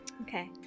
Okay